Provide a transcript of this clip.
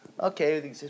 okay